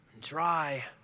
dry